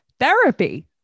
Therapy